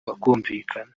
bakumvikana